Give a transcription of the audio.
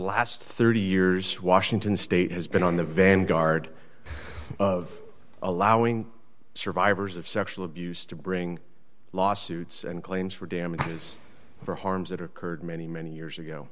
last thirty years washington state has been on the vanguard of allowing survivors of sexual abuse to bring lawsuits and claims for damages for harms that occurred many many years ago